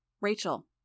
Rachel